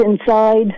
inside